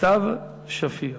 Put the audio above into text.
סתיו שפיר,